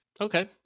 Okay